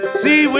see